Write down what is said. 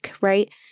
right